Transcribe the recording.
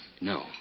No